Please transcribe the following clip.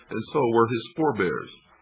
and so were his forebears.